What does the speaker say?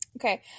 Okay